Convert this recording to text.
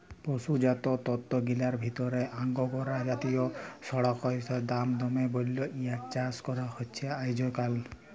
পসুজাত তন্তুগিলার ভিতরে আঙগোরা জাতিয় সড়সইড়ার দাম দমে বল্যে ইয়ার চাস করা হছে আইজকাইল